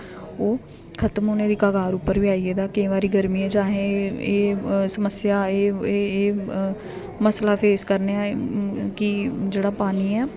ओह् खत्म होने दी कगार उप्पर बी आई गेदा केईं बारी गरमियें च असें एह् समस्या एह् एह् मसला फेस करने आं कि जेह्ड़ा पानी ऐ